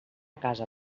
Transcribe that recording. casa